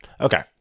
Okay